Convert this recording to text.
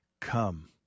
Come